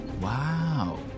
Wow